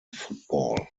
football